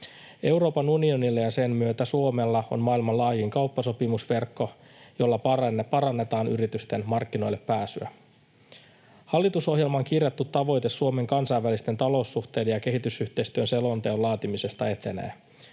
Euroopan unionilla ja sen myötä Suomella on maailman laajin kauppasopimusverkko, jolla parannetaan yritysten markkinoille pääsyä. Hallitusohjelmaan kirjattu tavoite Suomen kansainvälisten taloussuhteiden ja kehitysyhteistyön selonteon laatimisesta etenee.